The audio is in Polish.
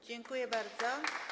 Dziękuję bardzo.